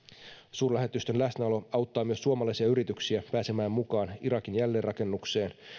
suurlähetystön läsnäolo auttaa myös suomalaisia yrityksiä pääsemään mukaan irakin jälleenrakennukseen